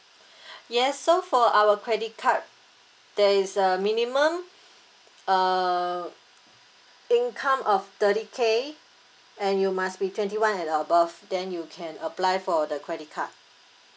yes so for our credit card there is a minimum uh income of thirty K and you must be twenty one and above then you can apply for the credit card